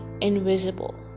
invisible